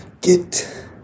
get